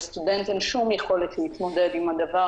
לסטודנט אין שום יכולת להתמודד עם הדבר